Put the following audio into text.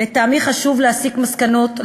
לטעמי חשוב להסיק מסקנות,